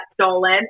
stolen